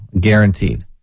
guaranteed